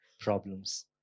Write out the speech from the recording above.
problems